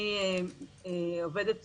אני עובדת סוציאלית,